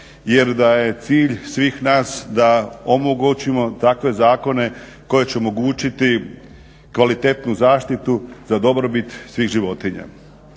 jer da je cilj svih nas da omogućimo takve zakone koji će omogućiti kvalitetnu zaštitu za dobrobit svih životinja.